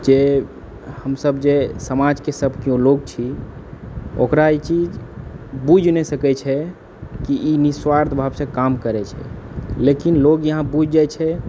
जे हमसब जे समाजके सब केओ लोकछी ओकरा ई चीज बुझि नहि सकैत छी कि ई निःस्वार्थ भावसे काम करैत छै लेकिन लोक यहाँ बुझि जाए छै